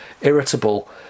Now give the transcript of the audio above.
irritable